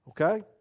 okay